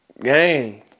game